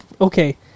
okay